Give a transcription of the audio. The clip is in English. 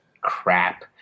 crap